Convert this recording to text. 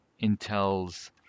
Intel's